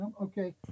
Okay